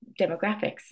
demographics